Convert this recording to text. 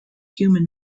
human